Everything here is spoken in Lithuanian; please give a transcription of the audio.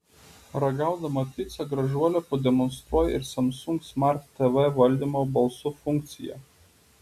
ragaudama picą gražuolė pademonstruoja ir samsung smart tv valdymo balsu funkciją